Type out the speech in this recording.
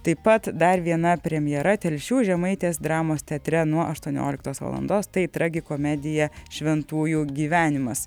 taip pat dar viena premjera telšių žemaitės dramos teatre nuo aštuonioliktos valandos tai tragikomedija šventųjų gyvenimas